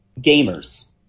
Gamers